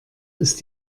ist